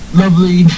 lovely